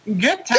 Good